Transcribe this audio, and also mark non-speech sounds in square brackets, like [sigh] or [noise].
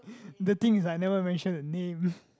[breath] the thing is like I never mention the name [breath]